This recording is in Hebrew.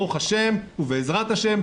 ברוך השם ובעזרת השם,